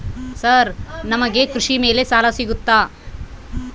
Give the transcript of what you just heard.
Sir ನಮಗೆ ಕೃಷಿ ಮೇಲೆ ಸಾಲ ಸಿಗುತ್ತಾ?